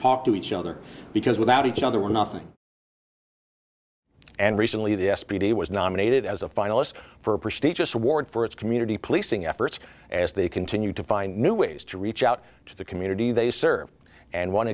talk to each other because without each other we're nothing and recently the s p d was nominated as a finalist for a prestigious award for its community policing efforts as they continue to find new ways to reach out to the community they serve and one